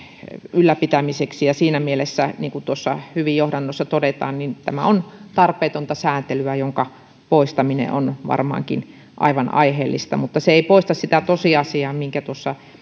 ylläpitämiseksi ja siinä mielessä niin kuin johdannossa hyvin todetaan tämä on tarpeetonta säätelyä jonka poistaminen on varmaankin aivan aiheellista mutta se ei poista sitä tosiasiaa minkä tuossa